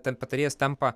ten patarėjas tampa